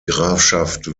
grafschaft